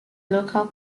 local